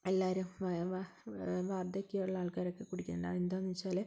എല്ലാവരും വാർദ്ധക്യമുള്ള ആൾക്കാരൊക്കെ കുടിക്കുന്നുണ്ട് അതെന്താണെന്ന് വച്ചാൽ